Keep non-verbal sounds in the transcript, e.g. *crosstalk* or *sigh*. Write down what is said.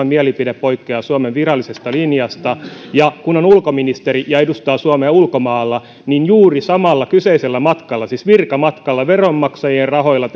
*unintelligible* mielipide poikkeaa suomen virallisesta linjasta ja kun on ulkoministeri ja edustaa suomea ulkomailla niin juuri samalla kyseisellä matkalla siis virkamatkalla veronmaksajien rahoilla *unintelligible*